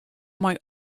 mei